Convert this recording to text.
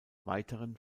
weiteren